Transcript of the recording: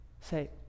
say